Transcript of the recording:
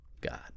God